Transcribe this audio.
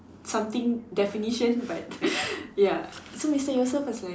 something definition but ya so Mister Yusoff has been